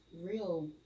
real